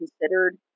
considered